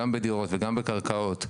גם בדירות וגם בקרקעות,